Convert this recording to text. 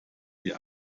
sie